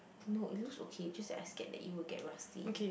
no it looks okay just that I scared it will get rusty